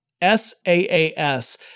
S-A-A-S